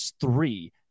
three